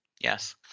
Yes